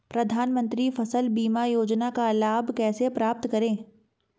प्रधानमंत्री फसल बीमा योजना का लाभ कैसे प्राप्त करें?